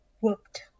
whooped